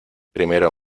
primero